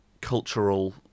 Cultural